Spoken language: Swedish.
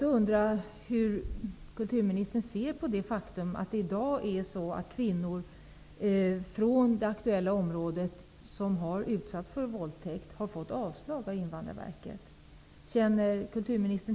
Jag undrar också hur kulturministern ser på det faktum att kvinnor från det aktuella området, som har utsatts för våldtäkt, har fått avslag av Invandrarverket. Herr talman!